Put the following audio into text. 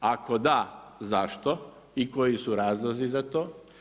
Ako da, zašto i koji su razlozi za to?